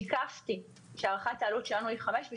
שיקפתי שהערכת העלות שלנו היא 5 מיליון שקלים